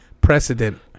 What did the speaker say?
Precedent